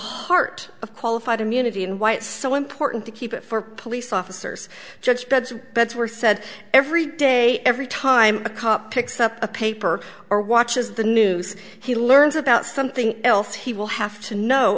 heart of qualified immunity and why it's so important to keep it for police officers judge beds were said every day every time a cop picks up a paper or watches the news he learns about something else he will have to know